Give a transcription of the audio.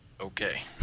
Okay